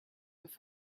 off